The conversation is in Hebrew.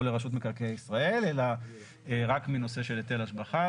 לרשות מקרקעי ישראל אלא רק מנושא של היטל השבחה.